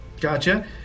Gotcha